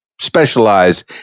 specialize